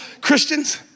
Christians